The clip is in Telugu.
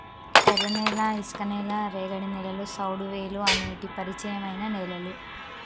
ఎర్రనేల, ఇసుక నేల, రేగడి నేలలు, సౌడువేలుఅనేటి పరిచయమైన నేలలు